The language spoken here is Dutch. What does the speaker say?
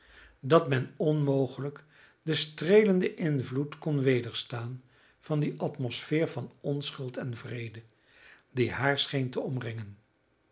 dat men onmogelijk den streelenden invloed kon wederstaan van die atmosfeer van onschuld en vrede die haar scheen te omringen